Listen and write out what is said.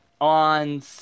on